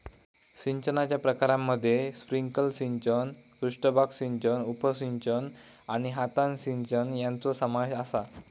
सिंचनाच्या प्रकारांमध्ये स्प्रिंकलर सिंचन, पृष्ठभाग सिंचन, उपसिंचन आणि हातान सिंचन यांचो समावेश आसा